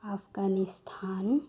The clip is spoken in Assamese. আফগানিস্থান